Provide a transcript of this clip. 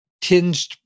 tinged